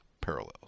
parallels